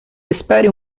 espere